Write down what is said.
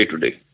today